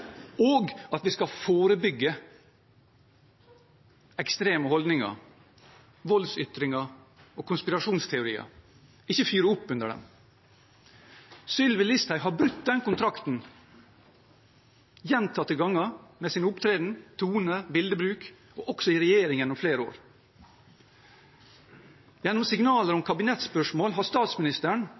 og at vi skal forebygge ekstreme holdninger, voldsytringer og konspirasjonsteorier, ikke fyre opp under dem. Sylvi Listhaug har brutt den kontrakten gjentatte ganger med sin opptreden, tone og bildebruk, også i regjering gjennom flere år. Gjennom signaler om kabinettsspørsmål har statsministeren